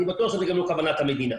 אני בטוח שזאת לא כוונת המדינה.